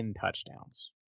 touchdowns